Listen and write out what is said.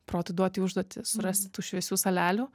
protu duoti užduotį surasti tų šviesių salelių